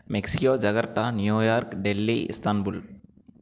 Mexico Jakarta New York Delhi Istanbul